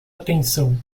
atenção